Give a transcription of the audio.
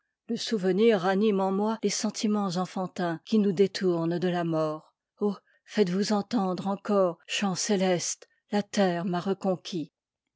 le souvenir ranime en moi les sentiments enfantins qui nous détournent de la mort oh faites-vous entendre encore chants cétestes la terre m'a reconquis